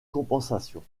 compensation